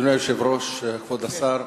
אדוני היושב-ראש, כבוד השר,